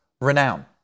renown